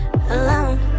alone